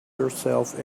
herself